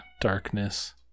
darkness